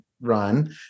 run